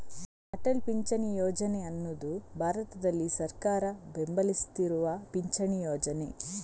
ಅಟಲ್ ಪಿಂಚಣಿ ಯೋಜನೆ ಅನ್ನುದು ಭಾರತದಲ್ಲಿ ಸರ್ಕಾರ ಬೆಂಬಲಿಸ್ತಿರುವ ಪಿಂಚಣಿ ಯೋಜನೆ